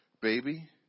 baby